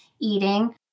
eating